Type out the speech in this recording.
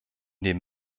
dem